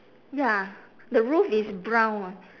ya the roof is brown